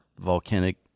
volcanic